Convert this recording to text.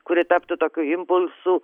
kuri taptų tokiu impulsu